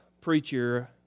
preacher